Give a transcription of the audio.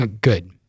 Good